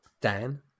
Dan